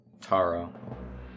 Taro